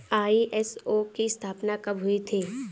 ISO की स्थापना कब हुई थी?